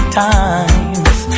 times